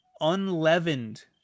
unleavened